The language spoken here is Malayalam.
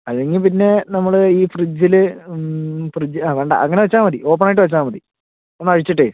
അല്ലെങ്കിൽ പിന്നെ നമ്മള് ഈ ഫ്രിഡ്ജില് ഫ്രിഡ്ജ് ആ വേണ്ട അങ്ങനെ വെച്ചാൽ മതി ഓപ്പണായിട്ട് വെച്ചാൽ മതി ഒന്നഴിച്ചിട്ടേ